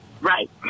Right